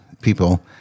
people